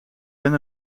ben